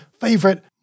favorite